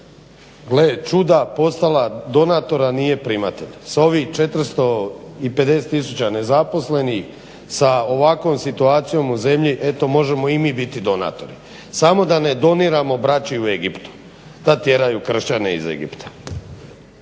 gle čuda postala donator, a nije primatelj, s ovih 450 tisuća nezaposlenih, sa ovakvom situacijom u zemlji eto možemo i mi biti donatori. Samo da ne doniramo braći u Egiptu da tjeraju kršćane iz Egipta.